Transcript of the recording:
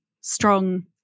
strong